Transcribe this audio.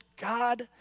God